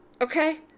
okay